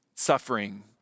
suffering